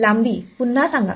लांबी पुन्हा सांगा